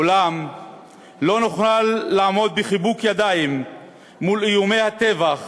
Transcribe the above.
אולם לא נוכל לעמוד בחיבוק ידיים מול איומי הטבח